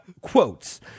quotes